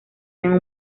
tienen